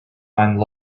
find